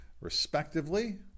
respectively